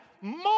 more